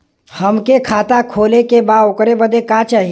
हमके खाता खोले के बा ओकरे बादे का चाही?